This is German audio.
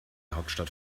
hauptstadt